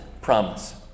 promise